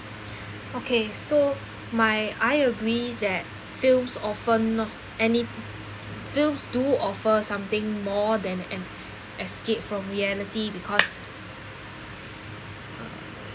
okay so my I agree that films often any films do offer something more than an escape from reality because